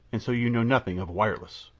and so you know nothing of wireless.